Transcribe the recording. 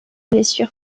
blessures